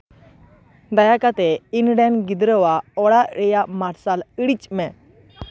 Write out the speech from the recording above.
ᱫᱟᱭᱟ ᱠᱟᱛᱮᱜ ᱤᱧ ᱨᱮᱱ ᱜᱤᱫᱽᱨᱟᱹᱣᱟᱜ ᱚᱲᱟᱜ ᱨᱮᱭᱟᱜ ᱢᱟᱨᱥᱟᱞ ᱤᱲᱤᱡᱽ ᱢᱮ